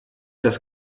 das